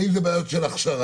האם זה בעיות של הכשרה,